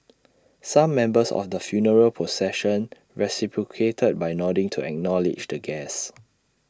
some members of the funeral procession reciprocated by nodding to acknowledge the guests